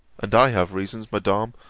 and i have reasons, madam,